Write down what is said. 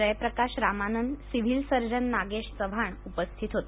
Jayaprakash Ramanand civil surgeon Nagesh Chavan उपस्थित होते